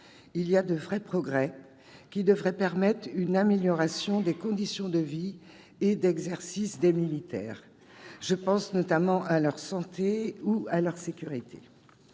il y a de vrais progrès, qui devraient permettre une amélioration des conditions de vie et d'exercice des militaires. Je pense notamment à leur santé et à leur sécurité.